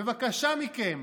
בבקשה מכם,